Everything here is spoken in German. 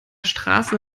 straße